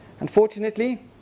Unfortunately